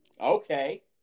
Okay